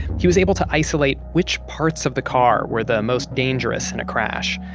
he was able to isolate which parts of the car were the most dangerous in a crash.